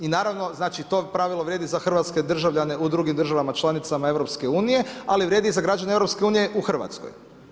I naravno znači to pravilo vrijedi za hrvatske državljane u drugim državama članicama EU, ali vrijedi i za građane EU u Hrvatskoj.